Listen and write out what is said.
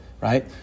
right